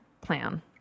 plan